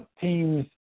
teams